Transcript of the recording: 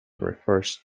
refers